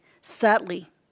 Sadly